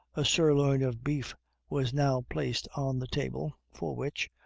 a sirloin of beef was now placed on the table, for which,